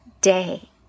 day